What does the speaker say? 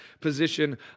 position